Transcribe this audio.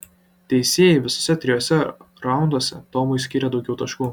teisėjai visuose trijuose raunduose tomui skyrė daugiau taškų